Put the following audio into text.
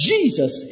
Jesus